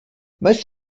most